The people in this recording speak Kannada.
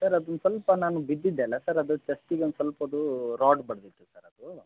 ಸರ್ ಅದು ಸ್ವಲ್ಪ ನಾನು ಬಿದ್ದಿದ್ದೆ ಅಲ್ಲ ಸರ್ ಅದು ಚೆಸ್ಟಿಗೆ ಒಂದು ಸ್ವಲ್ಪ್ ಅದು ರಾಡ್ ಬಡಿದಿತ್ತು ಸರ್ ಅದು